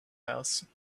house